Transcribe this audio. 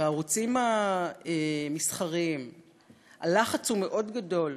שבערוצים המסחריים הלחץ הוא מאוד גדול